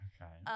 Okay